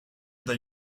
dai